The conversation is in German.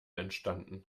entstanden